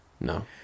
No